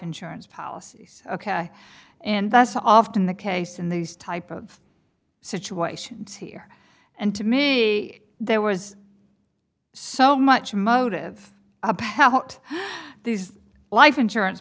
insurance policies ok and that's often the case in these type of situations here and to me there was so much motive these life insurance